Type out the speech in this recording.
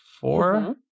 four